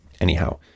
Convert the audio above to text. Anyhow